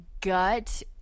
gut